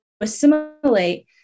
assimilate